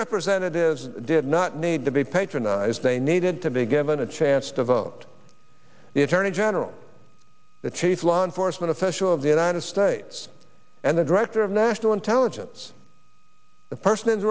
representatives did not need to be patronized they needed to be given a chance to vote the attorney general the chief law enforcement official of the united states and the director of national intelligence the person